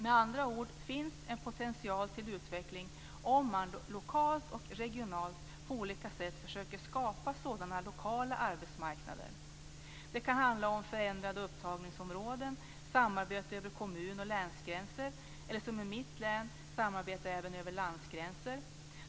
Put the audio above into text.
Med andra ord finns det en potential till utveckling om man lokalt och regionalt på olika sätt försöker skapa sådana lokala arbetsmarknader. Det kan handla om förändrade upptagningsområden, om samarbete över kommun och länsgränser eller, som i mitt län, om samarbete även över nationsgränser.